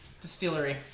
distillery